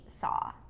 Saw